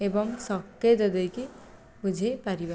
ଏବଂ ସଙ୍କେତ ଦେଇକି ବୁଝାଇପାରିବା